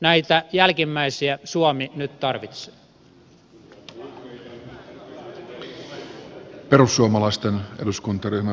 näitä jälkimmäisiä suomi nyt tarvitsee